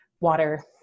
water